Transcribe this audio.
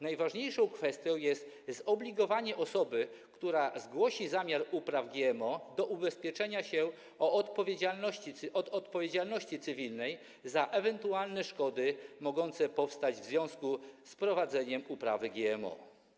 Najważniejszą kwestią jest zobligowanie osoby, która zgłosi zamiar uprawy GMO, do ubezpieczenia się od odpowiedzialności cywilnej za ewentualne szkody mogące powstać w związku z prowadzeniem uprawy GMO.